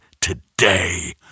today